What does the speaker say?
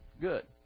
Good